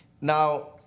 Now